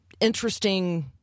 interesting